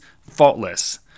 faultless